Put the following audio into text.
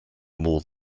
more